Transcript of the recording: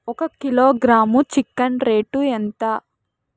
ఒక kilogram chicken rate ఎంత?